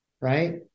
right